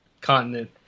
continent